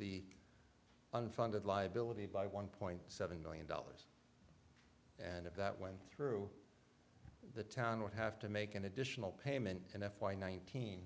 the unfunded liability by one point seven million dollars and if that went through the town would have to make an additional payment in f y nineteen